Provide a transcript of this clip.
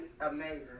amazing